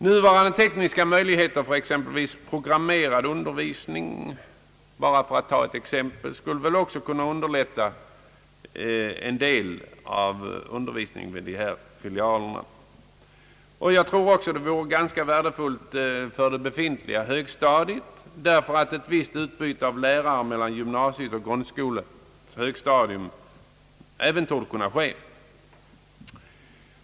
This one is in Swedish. Nuvarande tekniska möjligheter att införa exempelvis programmerad undervisning i skolorna — för att bara ta ett exempel — skulle väl också till en del komma att underlätta undervisningen vid dessa filialer. Jag tror att detta dessutom skulle vara värdefullt för det befintliga högstadiet därför att även ett visst utbyte av lärare mellan gymnasiet och grundskolans högstadium här torde kunna förekomma.